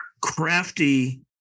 crafty